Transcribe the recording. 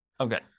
Okay